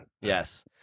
Yes